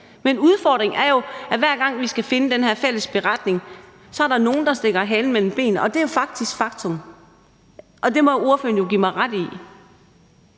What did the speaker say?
Men udfordringen er jo, at hver gang vi skal finde frem til at lave den her fælles beretning, så er der nogle, der stikker halen mellem benene. Det er faktisk faktum, og det må ordføreren jo give mig ret i.